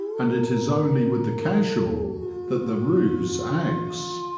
and it is only with the casual that the ruse acts.